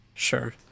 sure